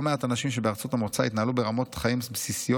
לא מעט אנשים שבארצות המוצא התנהלו ברמות חיים בסיסיות,